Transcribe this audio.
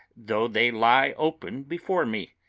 though they lie open before me.